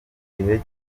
gihe